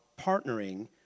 partnering